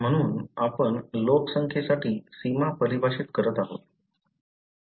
म्हणून आपण लोकसंख्येसाठी सीमा परिभाषित करत आहोत